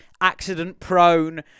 accident-prone